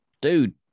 dude